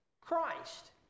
Christ